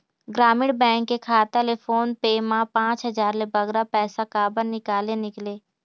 ग्रामीण बैंक के खाता ले फोन पे मा पांच हजार ले बगरा पैसा काबर निकाले निकले?